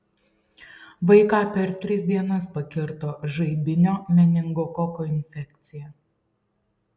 vaiką per tris dienas pakirto žaibinio meningokoko infekcija